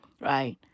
right